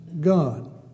God